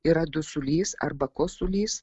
yra dusulys arba kosulys